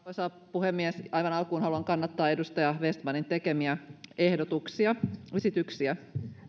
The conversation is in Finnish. puhemies aivan alkuun haluan kannattaa edustaja vestmanin tekemiä esityksiä